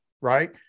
right